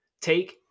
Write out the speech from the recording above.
take